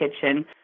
kitchen